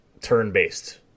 turn-based